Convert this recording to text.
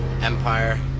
Empire